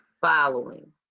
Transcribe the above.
following